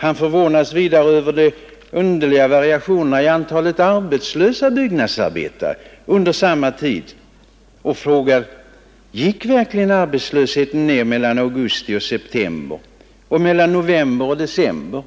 Han förvånas vidare över de underliga variationerna i antalet arbetslösa byggnadsarbetare under samma tid och frågar: Gick verkligen arbetslösheten ner mellan augusti 141 och september och mellan november och december?